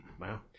Wow